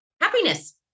happiness